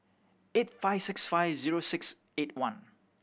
eight five six five zero six eight one